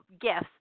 gifts